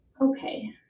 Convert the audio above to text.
Okay